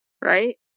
Right